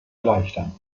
erleichtern